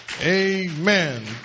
Amen